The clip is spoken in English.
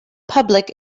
public